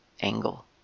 angle